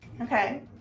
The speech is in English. okay